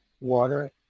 water